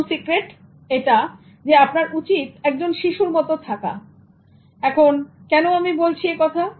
প্রথম সিক্রেট এটা যে আপনার উচিত একজন শিশুর মত থাকা এখন কেন আমি বলছি এ কথা